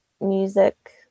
music